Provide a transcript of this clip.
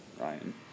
Ryan